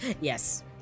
Yes